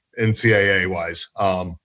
NCAA-wise